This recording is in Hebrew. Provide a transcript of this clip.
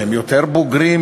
שהם יותר בוגרים,